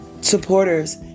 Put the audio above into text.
supporters